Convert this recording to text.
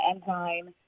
enzyme